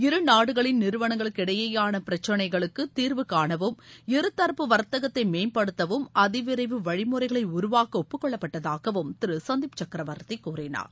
இருநாடுகளின் நிறுவனங்களுக்கிடையேயான பிரச்சினைகளுக்கு தீர்வு காணவும் இருதரப்பு வாத்தகத்தை அதிவிரைவு வழிமுறைகளை உருவாக்க ஒப்புக்கொள்ளப்பட்டதாகவும் சந்தீப் திரு சக்ரவர்த்தி கூறினார்